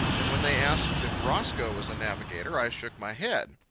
and when they asked if roscoe was a navigator, i shook my head.